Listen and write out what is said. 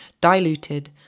Diluted